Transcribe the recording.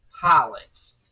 pilots